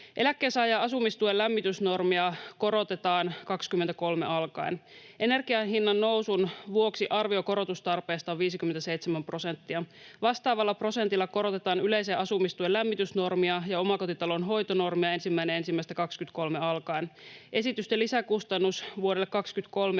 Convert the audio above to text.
Eläkkeensaajan asumistuen lämmitysnormia korotetaan vuodesta 23 alkaen. Energian hinnannousun vuoksi arvio korotustarpeesta on 57 prosenttia. Vastaavalla prosentilla korotetaan yleisen asumistuen lämmitysnormia ja omakotitalon hoitonormia 1.1.23 alkaen. Esitysten lisäkustannus vuodelle 23